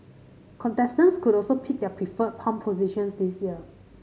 contestants could also pick their preferred palm positions this year